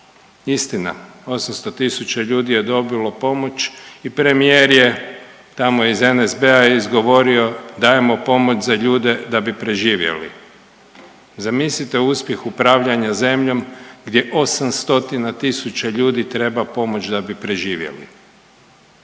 istina 800.000 ljudi je dobilo pomoć i premijer je tamo iz SNB-a izgovorio dajemo pomoć za ljude da bi preživjeli. Zamislite uspjeh upravljanja zemljom gdje 800.000 ljudi treba pomoć da bi preživjeli.